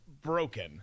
broken